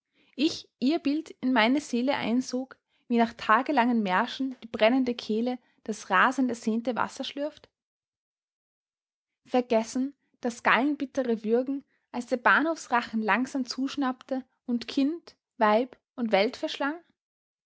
ich ihr bild in meine seele einsog wie nach tagelangen märschen die brennende kehle das rasend ersehnte wasser schlürft vergessen das gallenbittere würgen als der bahnhofsrachen langsam zuschnappte und kind weib und welt verschlang